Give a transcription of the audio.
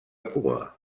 cua